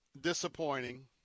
disappointing